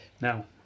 Now